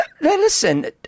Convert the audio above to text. Listen